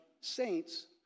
saints